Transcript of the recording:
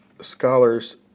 scholars